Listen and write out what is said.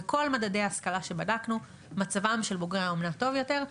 בכל מדדי ההשכלה שבדקנו מצבם של בוגרי האומנה טוב יותר.